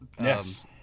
Yes